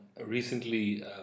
recently